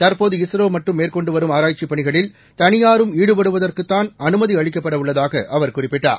தற்போது இஸ்ரோ மட்டும் மேற்கொண்டு வரும் ஆராய்ச்சிப் பணிகளில் தனியாரும் ஈடுபடுவதற்குத் தான் அனுமதி அளிக்கப்படவுள்ளதாகவும் அவர் குறிப்பிட்டார்